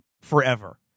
forever